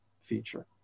feature